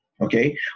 Okay